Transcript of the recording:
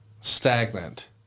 stagnant